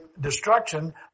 destruction